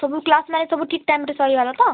ସବୁ କ୍ଲାସ୍ ମାନେ ସବୁ ଠିକ୍ ଟାଇମ୍ରେ ସରିଗଲା ତ